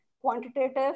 quantitative